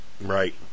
Right